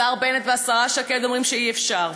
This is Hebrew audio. השר בנט והשרה שקד אומרים שאי-אפשר,